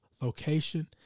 location